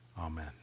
amen